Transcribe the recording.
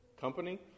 company